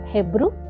Hebrew